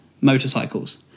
motorcycles